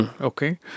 okay